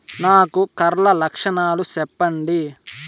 ఆకు కర్ల లక్షణాలు సెప్పండి